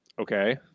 Okay